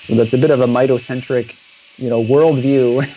that's a bit of a mito-centric you know worldview,